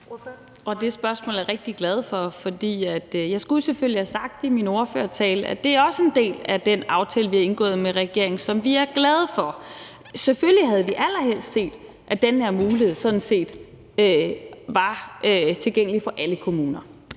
Det spørgsmål er jeg rigtig glad for, for jeg skulle selvfølgelig have sagt i min ordførertale, at det også er en del af den aftale, vi har indgået med regeringen, som vi jo er glade for. Selvfølgelig havde vi allerhelst set, at den her mulighed sådan set var tilgængelig for alle kommuner.